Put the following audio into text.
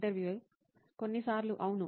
interview కొన్నిసార్లు అవును